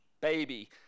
baby